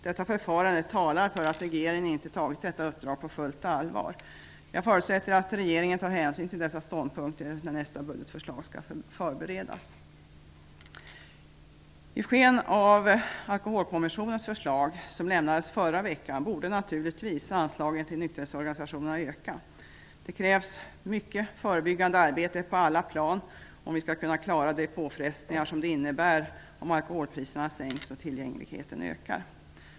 Detta förfarande talar för att regeringen inte tagit detta uppdrag på fullt allvar. Jag förutsätter att regeringen tar hänsyn till dessa ståndpunkter när nästa budgetförslag skall förberedas. I sken av Alkoholkommissionens förslag, som lämnades förra veckan, borde naturligtvis anslagen till nykterhetsorganisationerna öka. Det krävs mycket förebyggande arbete på alla plan om vi skall kunna klara de påfrestningar som det innebär om alkoholpriserna sänks och tillgängligheten ökar.